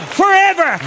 forever